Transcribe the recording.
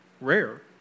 rare